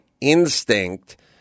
instinct